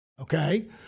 okay